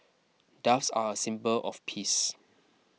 doves are a symbol of peace